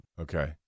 Okay